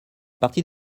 partie